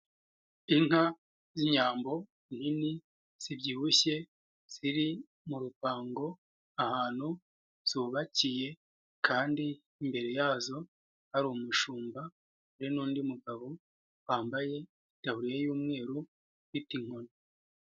Inka z'inyambo nini zibyibushye ziri mu rupango ahantu zubakiye kandi imbere yazo hari umushumba, hari n'undi mugabo wambaye itaburiya y'umweru ufite inkoni.